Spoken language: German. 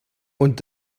und